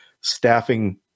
staffing